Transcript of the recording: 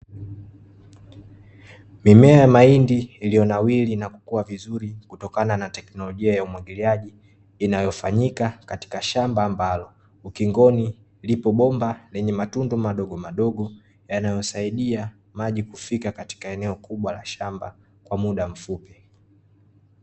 Mimea ya mahindi iliyonawiri na kukua vizuri kutokana na teknolojia ya umwagiliaji inayofanyika katika shamba ambalo, ukingoni lipo bomba lenye matundu madogo madogo yanayosaidia maji kufika katika eneo kubwa la shamba kwa muda mfupi.